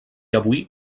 avui